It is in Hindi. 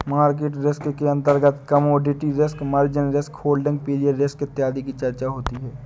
मार्केट रिस्क के अंतर्गत commodity risk, margin risk, holding period risk इत्यादि की चर्चा होती है